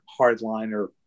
hardliner